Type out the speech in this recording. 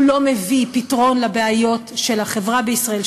לא מביא פתרון לבעיות של החברה בישראל,